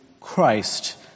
Christ